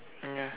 mm ya